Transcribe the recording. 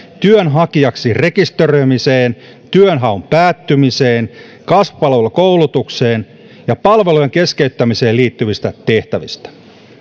työnhakijaksi rekisteröimiseen työnhaun päättymiseen kasvupalvelukoulutukseen ja palvelujen keskeyttämiseen liittyvistä tehtävistä